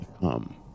come